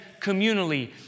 communally